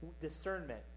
discernment